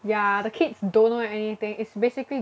ya the kids don't know anything it's basically grooming